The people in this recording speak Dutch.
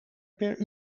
per